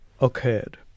occurred